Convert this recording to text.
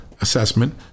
assessment